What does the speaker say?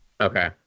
okay